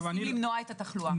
מנסים למנוע את התחלואה.